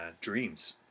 dreams